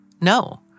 No